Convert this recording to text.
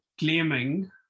Claiming